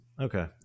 Okay